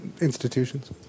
institutions